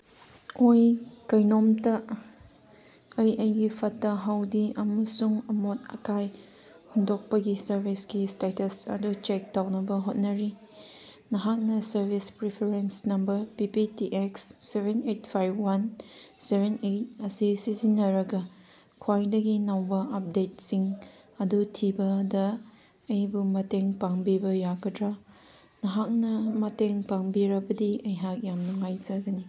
ꯑꯣꯏ ꯀꯩꯅꯣꯝꯇ ꯑꯩ ꯑꯩꯒꯤ ꯐꯠꯇ ꯍꯥꯎꯗꯤ ꯑꯃꯁꯨꯡ ꯑꯃꯣꯠ ꯑꯀꯥꯏ ꯍꯨꯟꯗꯣꯛꯄꯒꯤ ꯁꯔꯚꯤꯁꯀꯤ ꯏꯁꯇꯦꯇꯁ ꯑꯗꯨ ꯆꯦꯛ ꯇꯧꯅꯕ ꯍꯣꯠꯅꯔꯤ ꯅꯍꯥꯛꯅ service reference number P P T X seven eight five one seven eight ꯑꯁꯤ ꯁꯤꯖꯤꯟꯅꯔꯒ ꯈ꯭ꯋꯥꯏꯗꯒꯤ ꯅꯧꯕ ꯑꯞꯗꯦꯠꯁꯤꯡ ꯑꯗꯨ ꯊꯤꯕꯗ ꯑꯩꯕꯨ ꯃꯇꯦꯡ ꯄꯥꯡꯕꯤꯕ ꯌꯥꯒꯗ꯭ꯔꯥ ꯅꯍꯥꯛꯅ ꯃꯇꯦꯡ ꯄꯥꯡꯕꯤꯔꯕꯗꯤ ꯑꯩꯍꯥꯛ ꯌꯥꯝ ꯅꯨꯡꯉꯥꯏꯖꯒꯅꯤ